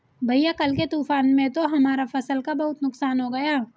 भैया कल के तूफान में तो हमारा फसल का बहुत नुकसान हो गया